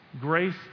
Grace